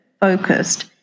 focused